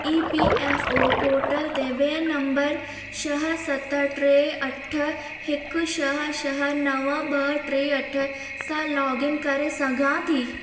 ई P F O portal ते ॿिए number छह सत टे अठ हिकु छह छह नव ॿ टे अठ सां लॉगइन करे सघां थी